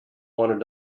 wanted